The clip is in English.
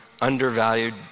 undervalued